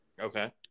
Okay